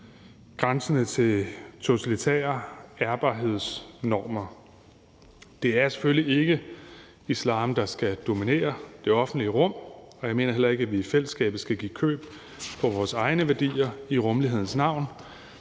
grænsende til totalitære ærbarhedsnormer. Det er selvfølgelig ikke islam, der skal dominere det offentlige rum, og jeg mener heller ikke, at vi i fællesskabet skal give køb på vores egne værdier i rummelighedens navn.